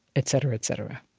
et cetera, et cetera